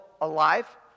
alive